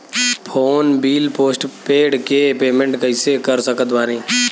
Phone bill postpaid के payment कैसे कर सकत बानी?